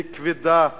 היא כבדה מדי.